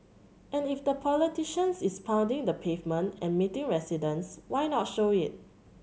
and if the politician is pounding the pavement and meeting residents why not show it